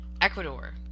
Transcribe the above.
Ecuador